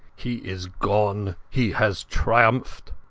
he is gone. he has triumphed.